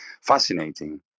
fascinating